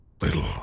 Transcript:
Little